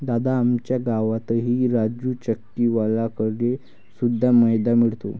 दादा, आमच्या गावातही राजू चक्की वाल्या कड़े शुद्ध मैदा मिळतो